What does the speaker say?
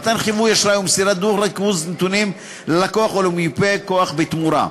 מתן חיווי אשראי ומסירת דוח ריכוז נתונים ללקוח או למיופה כוח בתמורה.